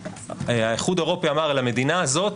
שהאיחוד האירופי אמר על המדינה הזאת,